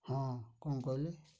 ହଁ କ'ଣ କହିଲି